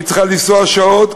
היא צריכה לנסוע שעות,